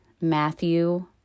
Matthew